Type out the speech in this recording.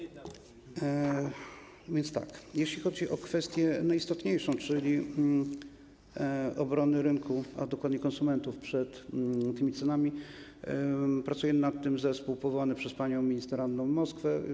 Jeśli chodzi o kwestię najistotniejszą, czyli obrony rynku, a dokładnie konsumentów przed tymi cenami, to pracuje nad tym zespół powołany przez panią minister Annę Moskwę.